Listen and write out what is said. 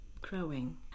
growing